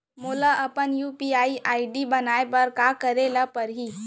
मोला अपन UPI ID बनाए बर का करे पड़ही?